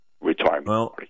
retirement